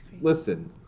Listen